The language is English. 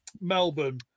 Melbourne